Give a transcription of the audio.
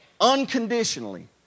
unconditionally